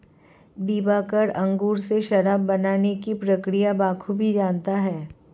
दिवाकर अंगूर से शराब बनाने की प्रक्रिया बखूबी जानता है